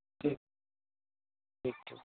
ठीक ठीक छै